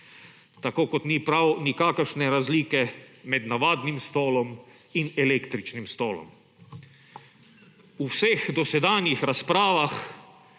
Tako kot ni prav nikakršne razlike med navadnim stolom in električnim stolom. V vseh dosedanjih razpravah